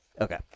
okay